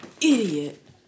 Idiot